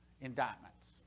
indictments